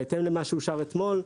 בהתאם למה שאושר אתמול,